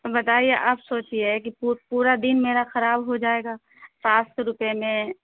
تو بتائیے آپ سوچیے کہ پورا دن میرا خراب ہو جائے گا سات سو روپئے میں